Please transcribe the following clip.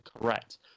correct